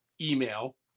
email